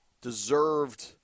deserved –